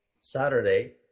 Saturday